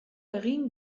egin